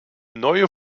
neue